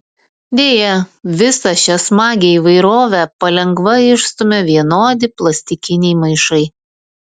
deja visą šią smagią įvairovę palengva išstumia vienodi plastikiniai maišai